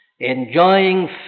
enjoying